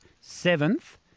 seventh